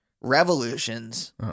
revolutions